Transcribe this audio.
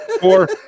four